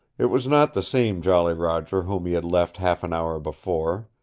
it was not the same jolly roger whom he had left half an hour before.